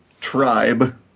tribe